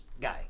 guy